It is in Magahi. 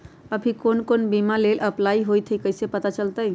अभी कौन कौन बीमा के लेल अपलाइ होईत हई ई कईसे पता चलतई?